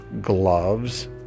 gloves